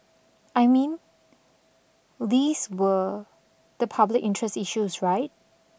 I mean these were the public interest issues right